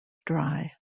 dry